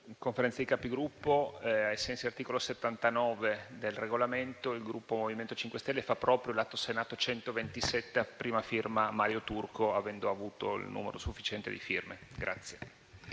Conferenza dei Capigruppo, ai sensi dell’articolo 79 del Regolamento, il Gruppo MoVimento 5 Stelle fa proprio l’Atto Senato 127, a prima firma del senatore Turco, avendo avuto il numero sufficiente di firme.